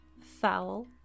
Foul